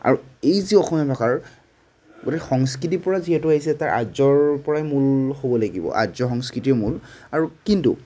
আৰু এই যে অসমীয়া ভাষাৰ গতিকে সংস্কৃতিৰ পৰা যিহেতু আহিছে তাৰ আৰ্যৰ পৰাই মূল হ'ব লাগিব আৰ্য সংস্কৃতিয়ে মূল আৰু কিন্তু